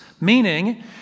Meaning